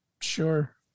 sure